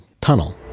tunnel